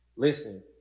Listen